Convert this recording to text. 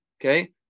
okay